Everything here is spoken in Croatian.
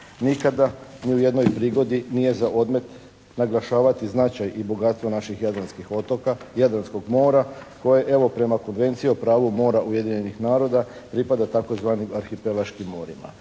Nikada ni u jednoj prigodi nije za odmet naglašavati značaj i bogatstvo naših jadranskih otoka, jadranskog mora koje evo prema Konvenciji o pravu mora Ujedinjenih naroda pripada tzv. arhipelaškim morima.